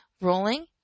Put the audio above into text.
rolling